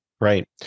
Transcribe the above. Right